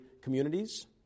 communities